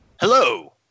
Hello